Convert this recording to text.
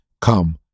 come